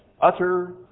Utter